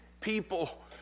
people